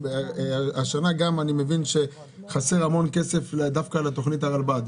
השנה גם אני מבין שחסר המון כסף דווקא לתוכנית הרלב"ד.